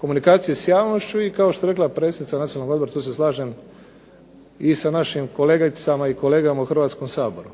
komunikacije s javnošću i kao što je rekla predsjednica Nacionalnog odbora, tu se slažem i sa našim kolegicama i kolegama u Hrvatskom saboru,